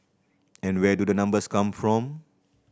and where do the numbers come from